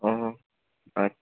ও আচ্ছা